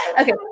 Okay